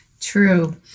True